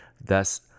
thus